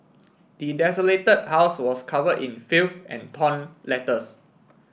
the desolated house was covered in filth and torn letters